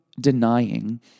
denying